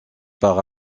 par